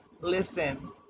Listen